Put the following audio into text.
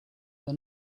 they